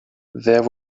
there